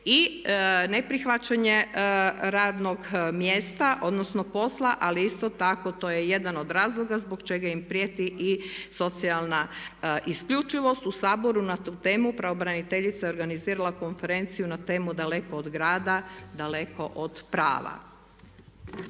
i neprihvaćanje radnog mjesta, odnosno posla. Ali isto tako to je jedan od razloga zbog čega im prijeti i socijalna isključivost u Saboru. Na tu temu pravobraniteljica je organizirala konferenciju na temu „Daleko od grada, daleko od prava“.